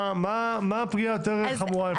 מה הפגיעה החמורה יותר?